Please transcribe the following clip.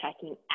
checking